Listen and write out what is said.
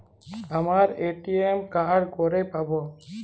আমার ATM card কবে পাব?